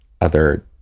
other-